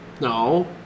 No